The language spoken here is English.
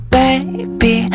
baby